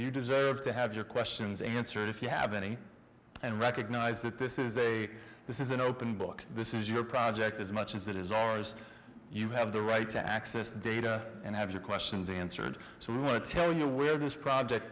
you deserve to have your questions answered if you have any and recognize that this is a this is an open book this is your project as much as it is or as you have the right to access the data and have your questions answered so we want to tell you where this project